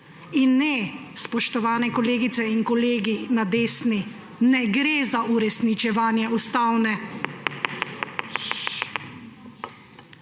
In ne, spoštovane kolegice in kolegi na desni, ne gre za uresničevanje ustavne